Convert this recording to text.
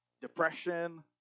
depression